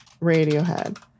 radiohead